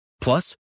Plus